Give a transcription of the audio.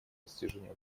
достижения